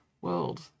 world